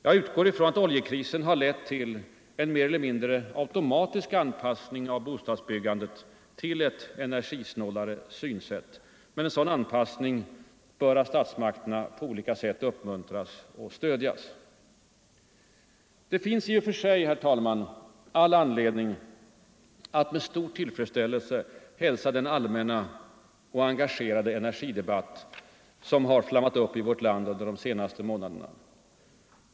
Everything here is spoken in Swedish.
Jag utgår ifrån att' oljekrisen har lett till en mer eller mindre automatisk anpassning av bostadsbyggandet till ett energisnålare synsätt. Men en sådan anpassning bör statsmakterna på olika sätt uppmuntra och stödja. Det finns i och för sig, herr talman, all anledning att med stor tillfredsställelse hälsa den allmänna och engagerade energidebatt som har flammat upp i vårt land under de senaste månaderna.